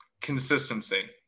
consistency